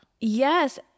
Yes